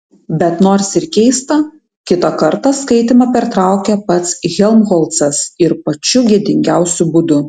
bet nors ir keista kitą kartą skaitymą pertraukė pats helmholcas ir pačiu gėdingiausiu būdu